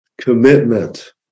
commitment